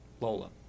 Lola